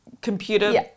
computer